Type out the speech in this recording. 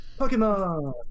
Pokemon